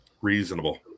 reasonable